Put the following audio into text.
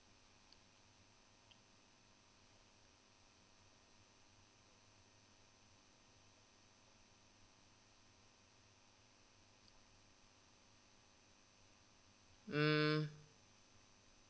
mm